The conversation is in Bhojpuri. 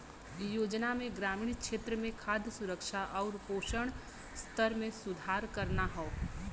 योजना में ग्रामीण क्षेत्र में खाद्य सुरक्षा आउर पोषण स्तर में सुधार करना हौ